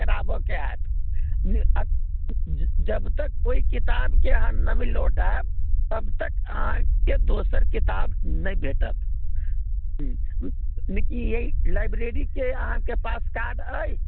कराबऽ कऽ होएत जब तक ओहि किताबके अहाँ नहि लौटाएब तब तक अहाँकेँ दोसर किताब नहि भेटत लाइब्रेरीके अहाँकेँ पास कार्ड अछि